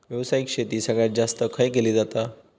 व्यावसायिक शेती सगळ्यात जास्त खय केली जाता?